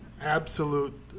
absolute